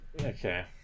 Okay